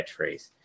catchphrase